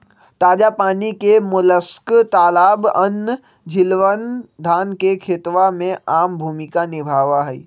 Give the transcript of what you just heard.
ताजा पानी के मोलस्क तालाबअन, झीलवन, धान के खेतवा में आम भूमिका निभावा हई